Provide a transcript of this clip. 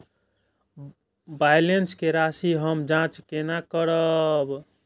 Balance के राशि हम जाँच केना करब?